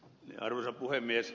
arvoisa puhemies